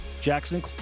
Jackson